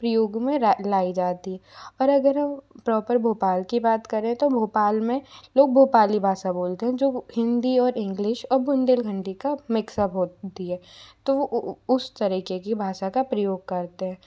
प्रयोग मे लाई जाती है और अगर हम प्रोपर भोपाल की बात करें तो भोपाल में लोग भोपाली भाषा बोलते है जो हिन्दी और इंग्लिश और बुन्देलखण्डी का मिक्सअप होती है तो वो उस तरके की भाषा का प्रयोग करते है